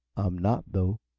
i'm not, though.